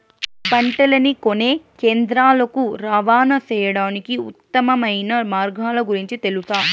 పంటలని కొనే కేంద్రాలు కు రవాణా సేయడానికి ఉత్తమమైన మార్గాల గురించి తెలుసా?